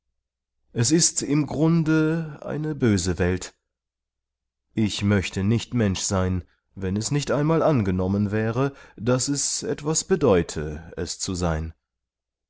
es ist im grunde eine böse welt ich möchte nicht mensch sein wenn es nicht einmal angenommen wäre daß es etwas bedeute es zu sein